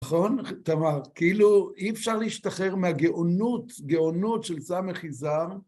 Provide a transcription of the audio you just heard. נכון? תאמר, כאילו אי אפשר להשתחרר מהגאונות, גאונות של סמך יזהר.